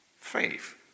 faith